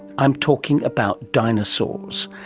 i'm talking about dinosaurs.